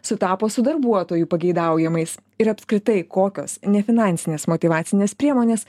sutapo su darbuotojų pageidaujamais ir apskritai kokios nefinansinės motyvacinės priemonės